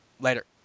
Later